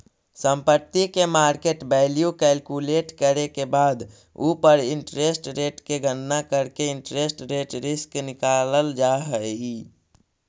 संपत्ति के market value calculate करे के बाद उ पर इंटरेस्ट रेट के गणना करके इंटरेस्ट रेट रिस्क निकालल जा हई